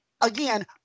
again